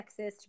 sexist